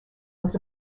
was